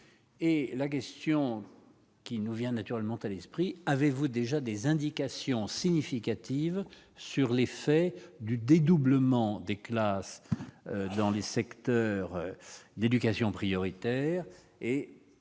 Et la question qui nous vient naturellement à l'esprit : avez-vous déjà des indications significatives sur l'effet du dédoublement des classes dans les secteurs d'éducation prioritaire